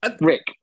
Rick